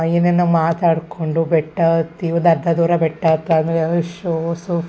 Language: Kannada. ಏನೇನೋ ಮಾತಾಡಿಕೊಂಡು ಬೆಟ್ಟ ಹತ್ತಿ ಒಂದು ಅರ್ಧ ದೂರ ಬೆಟ್ಟ ಹತ್ ಆದಮೇಲೆ